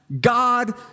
God